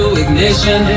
ignition